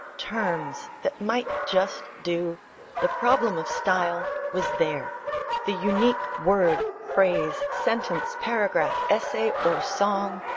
terms, that might just do the problem of style was there the unique word, phrase, sentence, paragraph, essay, or song,